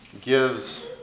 gives